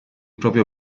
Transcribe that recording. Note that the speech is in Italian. proprio